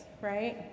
right